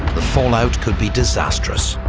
the fallout could be disastrous.